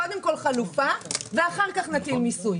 קודם כול חלופה, ואחר כך נטיל מיסוי.